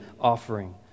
offering